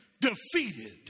defeated